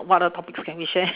what other topics can we share